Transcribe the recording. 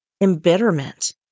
embitterment